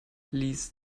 ließ